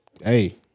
hey